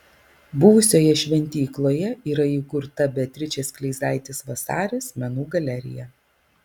buvusioje šventykloje yra įkurta beatričės kleizaitės vasaris menų galerija